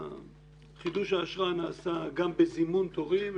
חידוש האשרה נעשה גם בזימון תורים.